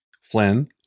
Flynn